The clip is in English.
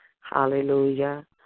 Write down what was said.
hallelujah